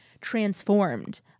transformed